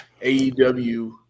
aew